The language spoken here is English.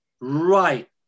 right